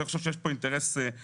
אני חושב שיש כאן אינטרס משותף.